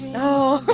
oh but